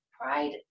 Pride